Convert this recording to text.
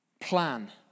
plan